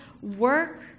work